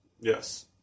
Yes